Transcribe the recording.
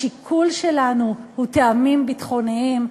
השיקול שלנו הוא טעמים ביטחוניים,